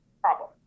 problem